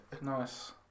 nice